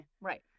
Right